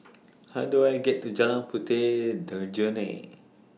How Do I get to Jalan Puteh Jerneh